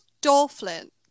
dolphin